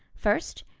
first,